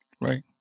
Right